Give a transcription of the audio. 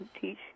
teach